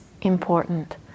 important